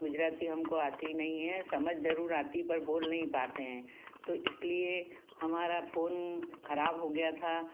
गुजराती हमको आती नहीं हैं समझ जरुर आती है पर बोल नहीं पाते हैं तो इसलिए हमारा फ़ोन ख़राब हो गया था